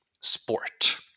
sport